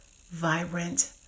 vibrant